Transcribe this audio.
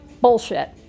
Bullshit